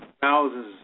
thousands